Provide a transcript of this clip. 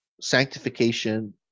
sanctification